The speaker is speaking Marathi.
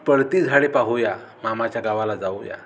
पळती झाडे पाहूया मामाच्या गावाला जाऊया